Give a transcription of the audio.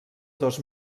dos